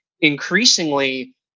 increasingly